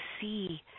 see